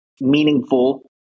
meaningful